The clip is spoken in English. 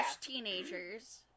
teenagers